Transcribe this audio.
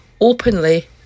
openly